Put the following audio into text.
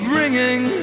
ringing